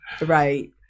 Right